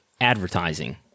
advertising